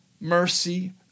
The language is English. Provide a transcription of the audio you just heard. mercy